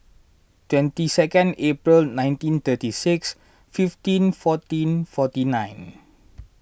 twenty second April nineteen thirty six fifteen fourteen forty nine